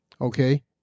Okay